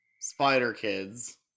Spider-Kids